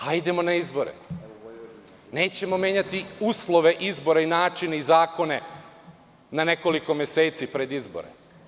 Hajdemo na izbore, nećemo menjati uslove izbora i način i zakone na nekoliko meseci pred izbore.